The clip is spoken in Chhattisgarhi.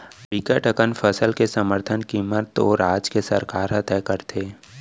बिकट अकन फसल के समरथन कीमत ओ राज के सरकार ह तय करथे